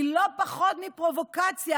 היא לא פחות מפרובוקציה,